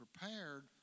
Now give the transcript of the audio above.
prepared